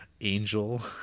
angel